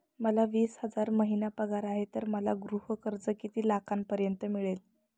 मला वीस हजार महिना पगार आहे तर मला गृह कर्ज किती लाखांपर्यंत मिळेल?